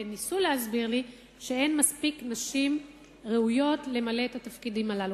ניסו להסביר לי שאין מספיק נשים ראויות למלא את התפקידים הללו.